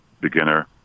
beginner